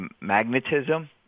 magnetism